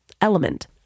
Element